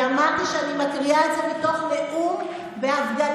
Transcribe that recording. אני אמרתי שאני מקריאה את זה מתוך נאום בהפגנה.